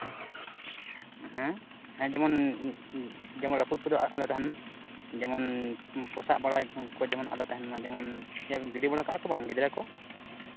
ᱦᱮᱸ ᱦᱮᱸ ᱡᱮᱢᱚᱱ ᱡᱮᱢᱚᱱ ᱨᱟᱹᱯᱩᱫ ᱠᱚᱫᱚ ᱟᱞᱚ ᱛᱟᱦᱮᱱ ᱢᱟ ᱡᱮᱢᱚᱱ ᱯᱚᱥᱟᱜ ᱵᱟᱲᱟ ᱠᱚ ᱟᱞᱚ ᱛᱟᱦᱮᱱ ᱢᱟ ᱡᱮᱢᱚᱱ ᱜᱤᱰᱤ ᱵᱟᱲᱟ ᱠᱚᱜᱼᱟ ᱵᱟᱝ ᱜᱤᱫᱽᱨᱟᱹ ᱠᱚ